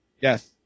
Yes